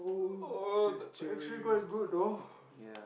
oh that's actually quite good though